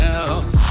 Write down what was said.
else